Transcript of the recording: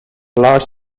large